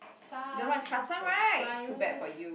sars is a virus